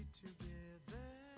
together